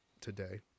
today